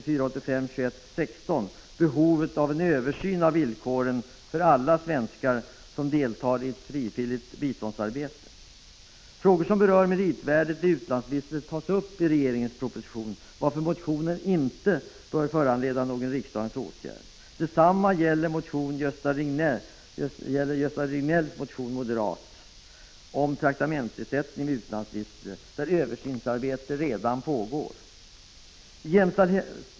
Frågor som berör meritvärdet vid utlandsvistelse tas upp i regeringens proposition, varför motionen inte bör föranleda någon riksdagens åtgärd. Detsamma gäller Göran Riegnells, moderaterna, motion 2662 om traktamentsersättningar vid utlandsvistelse. I fråga om detta pågår redan ett översynsarbete.